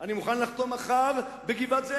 אני מוכן לחתום מחר בגבעת-זאב.